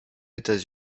états